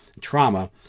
trauma